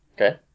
Okay